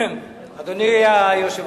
אני בוגד, אבל אתה, אדוני היושב-ראש,